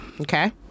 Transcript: okay